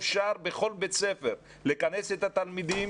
אפשר בכל בית ספר לכנס את התלמידים